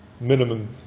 minimum